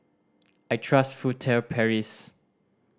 I trust Furtere Paris